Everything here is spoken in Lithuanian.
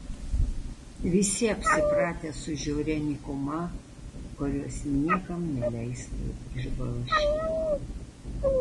visi apsipratę su žiauria nykuma kurios niekam neleistų išblaškyti